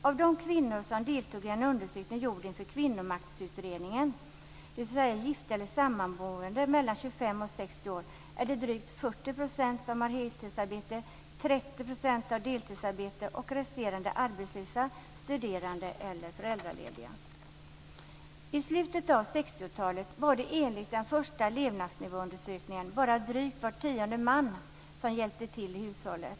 Av de kvinnor som deltog i en undersökning gjord inför Kvinnomaktutredningen, dvs. gifta eller sammanboende i åldern 25-60 år, är det drygt 40 % som har heltidsarbete. 30 % har deltidsarbete och övriga är arbetslösa, studerande eller föräldralediga. I slutet av 60-talet var det enligt den första levnadsnivåundersökningen bara drygt var tionde man som "hjälpte till" i hushållet.